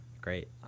Great